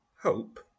hope